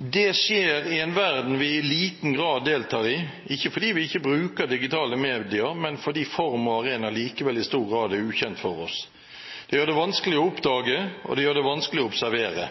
Det skjer i en verden vi i liten grad deltar i, ikke fordi vi ikke bruker digitale medier, men fordi form og arena likevel i stor grad er ukjent for oss. Det gjør det vanskelig å oppdage, og det gjør det vanskelig å observere.